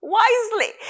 wisely